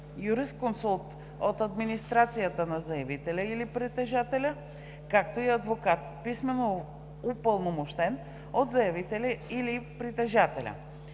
юрисконсулт от администрацията на заявителя или притежателя, както и адвокат, писмено упълномощен от заявителя или притежателя.